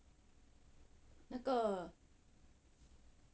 那个